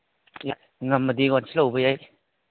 ꯉꯝꯃꯗꯤ ꯉꯁꯤ ꯂꯧꯕ ꯌꯥꯏ